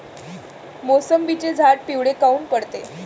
मोसंबीचे झाडं पिवळे काऊन पडते?